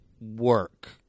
work